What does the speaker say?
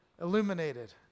Illuminated